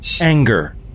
anger